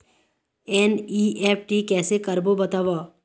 NEFT कैसे करबो बताव?